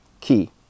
key